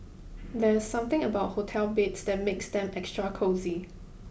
there's something about hotel beds that makes them extra cosy